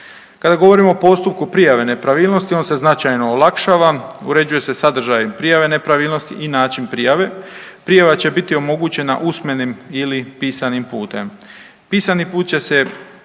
Kada govorimo o postupku prijave nepravilnosti on se značajno olakšava, uređuje se sadržaj prijave nepravilnosti i način prijave. Prijava će biti omogućena usmenim ili pisanim putem. Pisani put će se